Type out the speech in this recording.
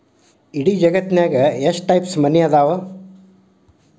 ಇಡೇ ಜಗತ್ತ್ನ್ಯಾಗ ಎಷ್ಟ್ ಟೈಪ್ಸ್ ಮನಿ ಅದಾವ